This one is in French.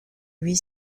huit